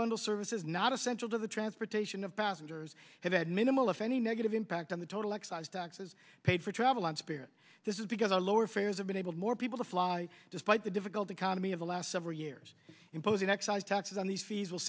bundle services not essential to the transportation of passengers have had minimal if any negative impact on the total excise taxes paid for travel on spirit this is because our lower fares have been able to more people to fly despite the difficult economy of the last several years imposing excise taxes on the fees will